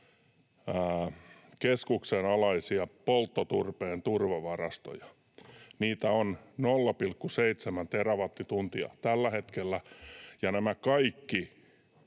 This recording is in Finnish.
alaisia polttoturpeen turvavarastoja. Niitä on 0,7 terawattituntia tällä hetkellä. Nämä kaikki